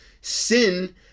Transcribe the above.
sin